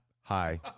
Hi